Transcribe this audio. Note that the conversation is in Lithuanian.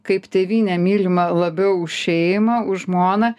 kaip tėvynę mylima labiau už šeimą už žmoną